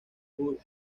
full